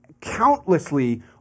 countlessly